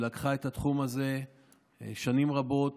שלקחה את התחום הזה שנים רבות,